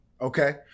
Okay